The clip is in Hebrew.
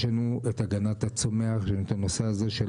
יש לנו את הגנת הצומח, יש לנו את הנושא הזה של